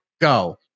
go